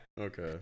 Okay